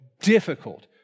difficult